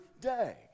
day